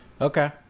Okay